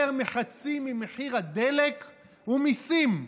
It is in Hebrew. יותר מחצי ממחיר הדלק הוא מיסים.